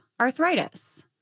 arthritis